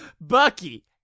Bucky